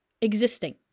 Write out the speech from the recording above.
existing